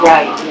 Right